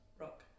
rock